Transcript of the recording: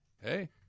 hey